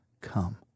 come